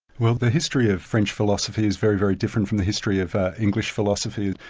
well the history of french philosophy is very, very different from the history of english philosophy.